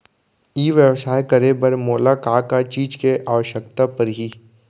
ई व्यवसाय करे बर मोला का का चीज के आवश्यकता परही?